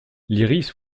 lyrisse